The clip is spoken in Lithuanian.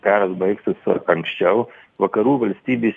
karas baigtųsi anksčiau vakarų valstybės